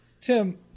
Tim